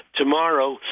tomorrow